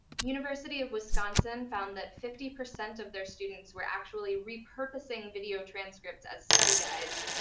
university of wisconsin found that fifty percent of their students were actually repurposing video transcripts as study guides,